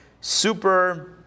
super